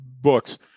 books